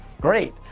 great